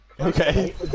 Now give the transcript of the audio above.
Okay